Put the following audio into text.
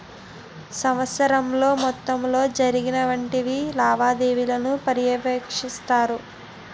సంవత్సరం మొత్తంలో జరిగినటువంటి లావాదేవీలను పర్యవేక్షిస్తారు